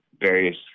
various